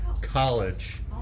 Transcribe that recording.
college